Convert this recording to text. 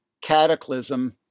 cataclysm